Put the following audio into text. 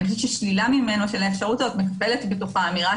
שלילת האפשרות הזאת מקפלת בתוכה אמירה